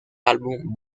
álbum